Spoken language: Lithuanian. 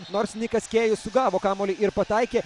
nors nikas kėjus sugavo kamuolį ir pataikė